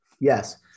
Yes